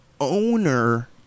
owner